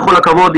בכל הכבוד,